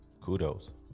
kudos